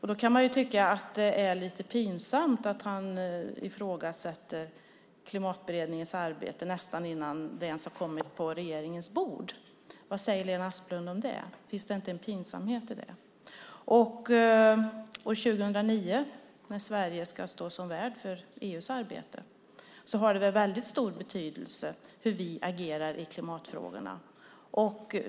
Man kan tycka att det är lite pinsamt att han ifrågasätter Klimatberedningens arbete nästan innan det har kommit på regeringens bord. Vad säger Lena Asplund om det? Finns det inte en pinsamhet i det? År 2009 när Sverige ska stå som värd för EU:s arbete har det väl väldigt stor betydelse hur vi agerar i klimatfrågorna.